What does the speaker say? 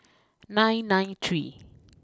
nine nine three